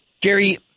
Jerry